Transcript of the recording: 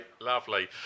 lovely